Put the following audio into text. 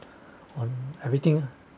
on everything